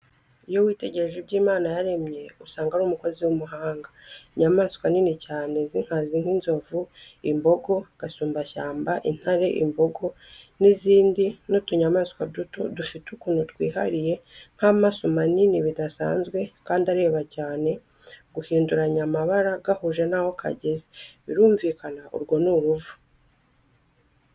Iyo witegereje ibyo Imana yaremye usanga ari umukozi w'umuhanga, inyamaswa nini cyane z'inkazi nk'inzovu, imbogo, gasumbashyamba, intare, imbogo n'izindi n'utunyamaswa duto, dufite ukuntu twihariye nk'amaso manini bidasanzwe kandi areba cyane, guhinduranya amabara gahuje n'aho kageze, birumvikana urwo ni uruvu.